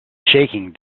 shaking